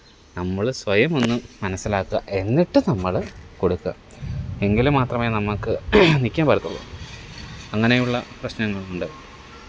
നമ്മള് സ്വയമൊന്ന് മനസ്സിലാക്കുക എന്നിട്ട് നമ്മള് കൊടുക്കുക എങ്കില് മാത്രമേ നമുക്ക് നിൽക്കാൻ പറ്റത്തുള്ളൂ അങ്ങനെ ഉള്ള പ്രശ്നങ്ങളുണ്ട്